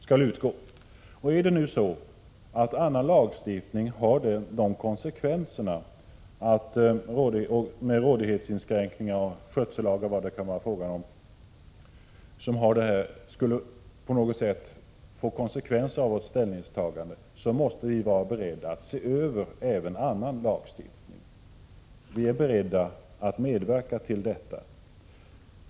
Skulle vårt ställningstagande få konsekvenser för annan lagstiftning när det gäller rådighetsinskränkningar, skötselföreskrifter eller vad det nu kan vara fråga om, måste vi vara beredda att se över även därav berörd lagstiftning. Vi är beredda att medverka till detta.